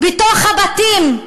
בתוך הבתים.